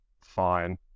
fine